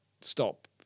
stop